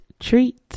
Treat